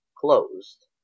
closed